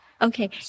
Okay